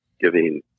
giving